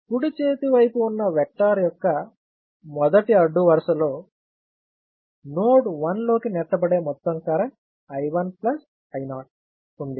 కుడి చేతి వైపు ఉన్న వెక్టర్ యొక్క మొదటి అడ్డు వరుసలో నోడ్ 1 లోకి నెట్టబడే మొత్తం కరెంట్ I1 I0 ఉంది